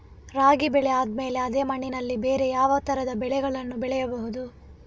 ರಾಗಿ ಬೆಳೆ ಆದ್ಮೇಲೆ ಅದೇ ಮಣ್ಣಲ್ಲಿ ಬೇರೆ ಯಾವ ತರದ ಬೆಳೆಗಳನ್ನು ಬೆಳೆಯಬಹುದು?